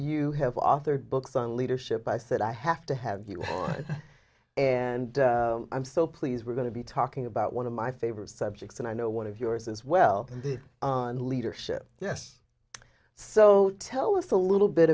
you have authored books on leadership i said i have to have you and i'm so pleased we're going to be talking about one of my favorite subjects and i know one of yours as well on leadership yes so tell us a little bit